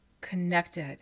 connected